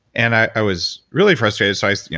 and i was really frustrated, so i. so yeah